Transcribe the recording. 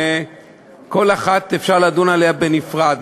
שעל כל אחת אפשר לדון בנפרד.